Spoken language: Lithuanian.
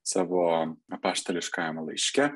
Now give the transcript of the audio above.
savo apaštališkajame laiške